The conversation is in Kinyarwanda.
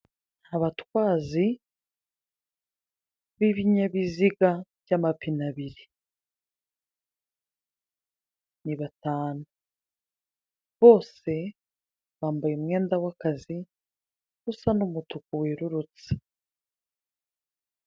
Abatwazi b'ibinyabiziga by'amapine abiri ni batanu bose bambaye umwenda w'akazi usa n'umutuku werurutse.